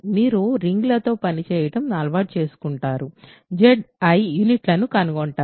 మీరు రింగ్లతో పని చేయడం అలవాటు చేసుకుంటారుZi యూనిట్లను కనుగొంటారు